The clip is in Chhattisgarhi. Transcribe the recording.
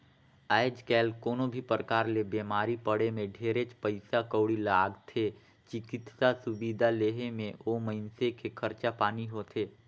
आयज कायल कोनो भी परकार ले बिमारी पड़े मे ढेरेच पइसा कउड़ी लागथे, चिकित्सा सुबिधा लेहे मे ओ मइनसे के खरचा पानी होथे